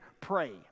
pray